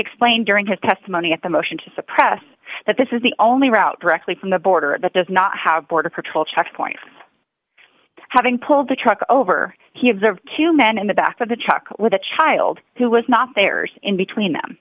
explained during his testimony at the motion to suppress that this is the only route directly from the border that does not have border patrol checkpoints having pulled the truck over he observed two men in the back of the truck with a child who was not theirs in between them